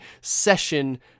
session